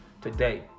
today